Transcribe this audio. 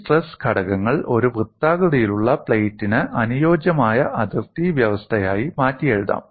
ഈ സ്ട്രെസ് ഘടകങ്ങൾ ഒരു വൃത്താകൃതിയിലുള്ള പ്ലേറ്റിന് അനുയോജ്യമായ അതിർത്തി വ്യവസ്ഥയായി മാറ്റിയെഴുതാം